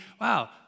wow